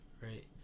right